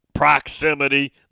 proximity